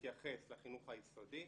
מתייחס לחינוך היסודי,